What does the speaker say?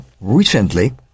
Recently